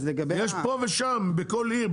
יש פה ושם בכל עיר.